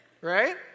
right